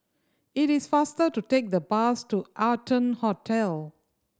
it is faster to take the bus to Arton Hotel